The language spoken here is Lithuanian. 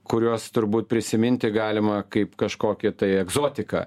kurios turbūt prisiminti galima kaip kažkokį tai egzotiką